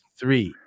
three